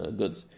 goods